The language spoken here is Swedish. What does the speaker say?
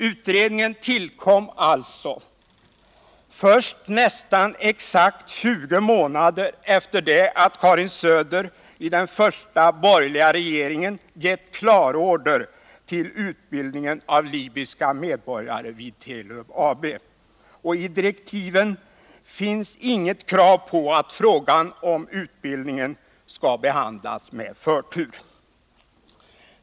Utredningen tillkom alltså först nästan exakt 20 månader efter det att Karin Söder i den första borgerliga regeringen gett klartecken till utbildningen av libyska medborgare vid Telub AB. I direktiven finns inget krav på att frågan om utbildningen skall behandlas med förtur.